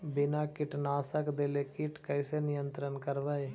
बिना कीटनाशक देले किट कैसे नियंत्रन करबै?